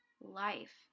life